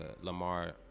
lamar